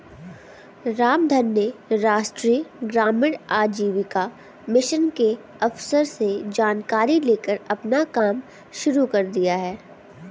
रामधन ने राष्ट्रीय ग्रामीण आजीविका मिशन के अफसर से जानकारी लेकर अपना कम शुरू कर दिया है